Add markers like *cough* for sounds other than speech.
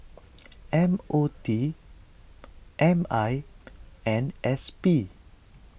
*noise* M O T M I and S P